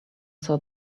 saw